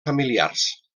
familiars